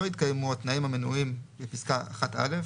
התקיימו התנאים המנויים בפסקה (1)(א),